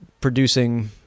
producing